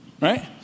Right